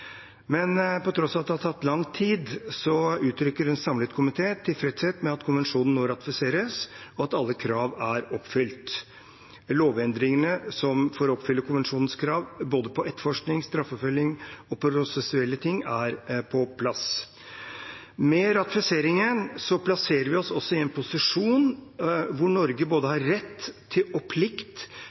På tross av at det har tatt lang tid, uttrykker en samlet komité tilfredshet med at konvensjonen nå ratifiseres, og at alle krav er oppfylt. Lovendringene for å oppfylle konvensjonens krav – både når det gjelder etterforskning, straffeforfølgning og prosessuelle ting – er på plass. Med ratifiseringen plasserer vi oss også i en posisjon hvor Norge har både rett og plikt